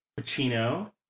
Pacino